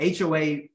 HOA